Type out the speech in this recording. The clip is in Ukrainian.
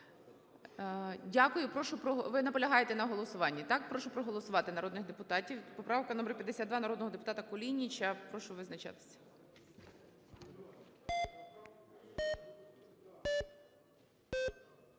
Дякую. Ви наполягаєте на голосуванні, так? Прошу проголосувати народних депутатів. Поправка номер 52 народного депутата Кулініча, прошу визначатися.